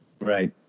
Right